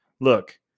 look